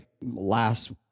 last